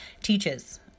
teaches